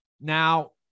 now